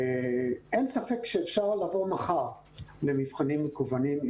אין ספק שאפשר לבוא מחר למבחנים מקוונים,